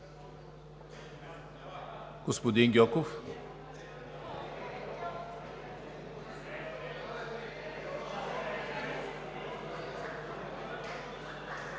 Господин Гьоков,